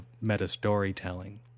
meta-storytelling